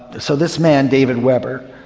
so this man, david webber,